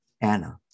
Anna